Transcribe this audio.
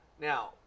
now